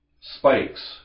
spikes